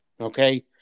okay